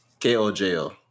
K-O-J-O